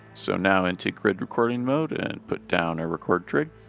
so now into grid recording mode and put down a record trig.